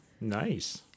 nice